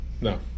No